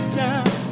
down